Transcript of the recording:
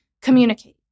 communicate